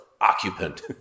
occupant